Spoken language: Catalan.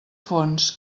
fons